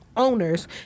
owners